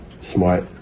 Smart